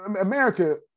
America